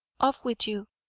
off with you!